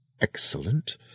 excellent